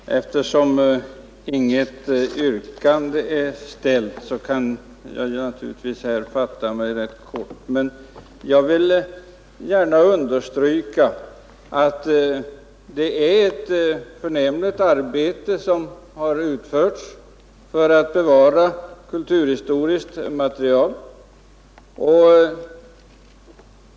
Herr talman! Eftersom inget yrkande är ställt kan jag här fatta mig rätt kort. Men jag vill gärna understryka att det är ett förnämligt arbete som har utförts för att bevara kulturhistoriskt material.